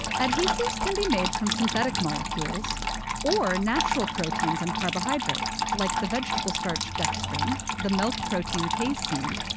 adhesives can be made from synthetic molecules or natural proteins and carbohydrates like the vegetable starch dextrin, the milk protein casein,